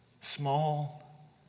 Small